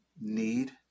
need